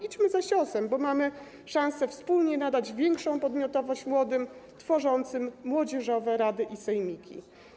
Idźmy za ciosem, bo mamy szansę wspólnie nadać większą podmiotowość młodym tworzącym młodzieżowe rady i sejmiki.